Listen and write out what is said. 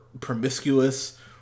promiscuous